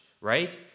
right